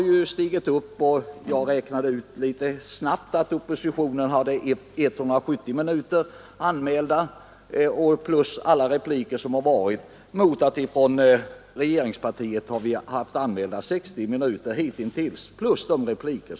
Jag räknade ut att oppositionen hade 170 minuter anmäld talartid plus repliker. Motsvarande tid från regeringspartiet har varit 60 minuter hittills plus repliker.